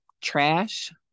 trash